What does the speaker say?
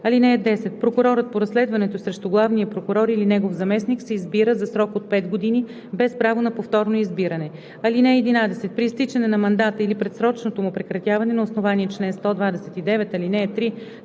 гласове. (10) Прокурорът по разследването срещу главния прокурор или негов заместник се избира за срок от 5 години, без право на повторно избиране. (11) При изтичане на мандата или предсрочното му прекратяване на основание чл. 129, ал. 3,